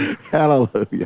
Hallelujah